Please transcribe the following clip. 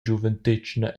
giuventetgna